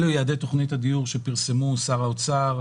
אלה יעדי תוכנית הדיור שפרסמו שר האוצר,